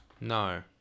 No